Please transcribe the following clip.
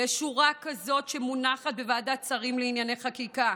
ויש שורה כזאת שמונחת בוועדת השרים לענייני חקיקה.